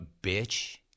bitch